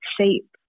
shape